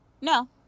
No